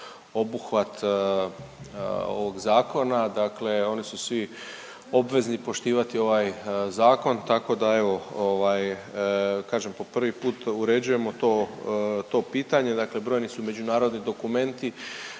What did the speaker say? obuhvat ovog zakona dakle oni su svi obvezni poštivati ovaj zakon, tako da evo ovaj, kažem po prvi put uređujemo to, to pitanje. Dakle brojni su međunarodni dokumenti